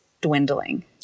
dwindling